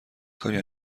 کاری